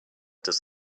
does